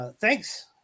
Thanks